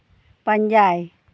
ᱯᱟᱸᱡᱟᱭ